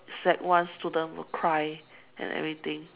sec one student will cry and everything